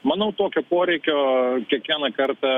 manau tokio poreikio kiekvieną kartą